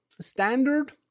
standard